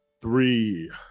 Three